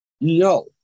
No